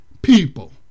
People